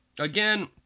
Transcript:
again